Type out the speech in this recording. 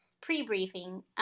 pre-briefing